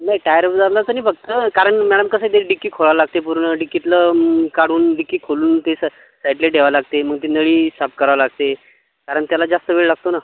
नाही टायर बदलायचा नाही फक्त कारण मॅळम कसं आहे ते डिक्की खोलायला लागते पूर्ण डिक्कीतलं काढून डिक्की खोलून ते स् साईडला ठेवावी लागते मग ते नळी साफ करावी लागते कारण त्याला जास्त वेळ लागतो ना